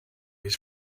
his